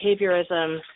behaviorism